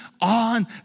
on